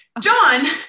John